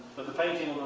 the painting